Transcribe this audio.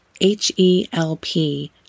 H-E-L-P